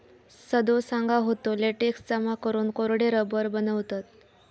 सदो सांगा होतो, लेटेक्स जमा करून कोरडे रबर बनवतत